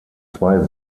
zwei